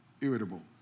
irritable